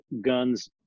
guns